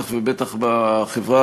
חברות וחברי הכנסת,